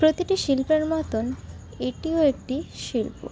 প্রতিটি শিল্পের মতন এটিও একটি শিল্প